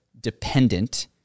dependent